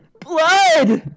Blood